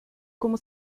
como